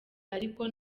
ariko